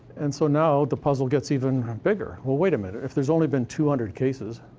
and so, now, the puzzle gets even bigger. well, wait a minute, if there's only been two hundred cases,